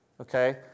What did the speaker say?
okay